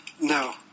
no